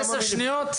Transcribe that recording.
מסיים.